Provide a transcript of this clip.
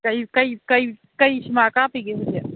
ꯀꯔꯤ ꯁꯤꯃꯥ ꯀꯥꯞꯄꯤꯒꯦ ꯍꯧꯖꯤꯛ